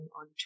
on